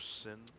sin